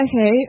okay